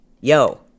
yo